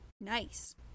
Nice